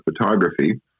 photography